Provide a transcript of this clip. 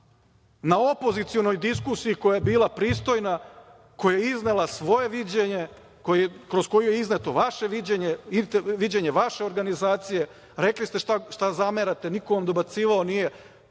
na opozicionoj diskusiji koja je bila pristojna, koja je iznela svoje viđenje, kroz koju je izneto vaše viđenje, viđenje vaše organizacije. Rekli ste šta zamerate. Niko vam dobacivao nije.